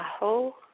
Aho